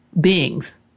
beings